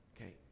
okay